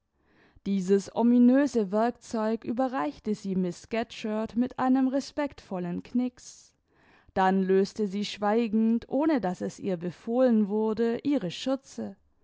dieses ominöse werkzeug überreichte sie miß scatcherd mit einem respektvollen knix dann löste sie schweigend ohne daß es ihr befohlen wurde ihre schürze